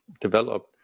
developed